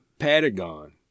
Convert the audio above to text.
Patagon